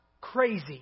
crazy